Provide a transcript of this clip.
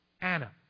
Anna